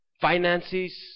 finances